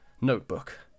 notebook